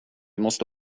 måste